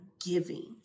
giving